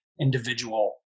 individual